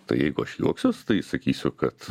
tai jeigu aš juoksiuos tai sakysiu kad